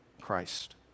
Christ